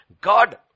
God